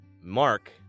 Mark